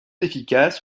efficace